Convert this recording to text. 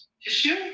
tissue